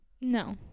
No